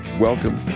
welcome